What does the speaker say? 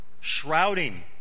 shrouding